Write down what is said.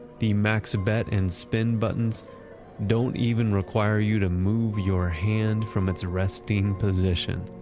the max bet and spin buttons don't even require you to move your hand from its resting position.